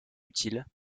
utile